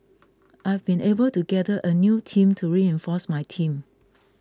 I have been able to gather a new team to reinforce my team